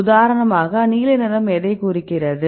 உதாரணமாக நீல நிறம் எதை குறிக்கிறது